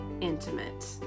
intimate